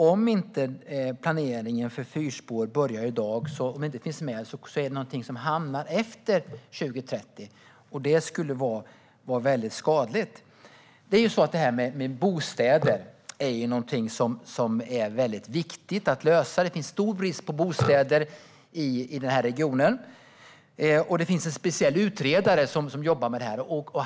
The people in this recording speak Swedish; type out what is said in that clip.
Om planeringen för fyrspår inte finns med då, hamnar det först efter 2030. Det skulle vara väldigt skadligt. Detta med bostäder är väldigt viktigt att lösa. Det råder stor brist på bostäder i den här regionen. Det finns en speciell utredare som jobbar med detta.